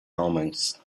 omens